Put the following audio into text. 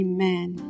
Amen